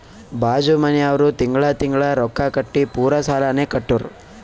ಬಾಜು ಮನ್ಯಾವ್ರು ತಿಂಗಳಾ ತಿಂಗಳಾ ರೊಕ್ಕಾ ಕಟ್ಟಿ ಪೂರಾ ಸಾಲಾನೇ ಕಟ್ಟುರ್